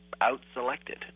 out-selected